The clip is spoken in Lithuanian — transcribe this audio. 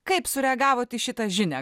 kaip sureagavot į šitą žinią